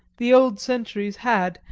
the old centuries had,